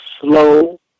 slow